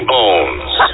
Bones